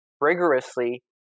rigorously